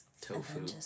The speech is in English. Tofu